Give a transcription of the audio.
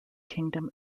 kingdom